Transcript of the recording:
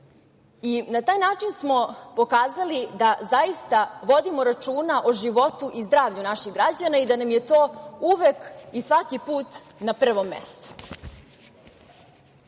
Na taj način smo pokazali da zaista vodimo računa o životu i zdravlju naših građana i da nam je to uvek i svaki put na prvom